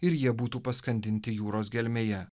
ir jie būtų paskandinti jūros gelmėje